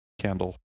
candle